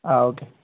okay